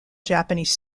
japanese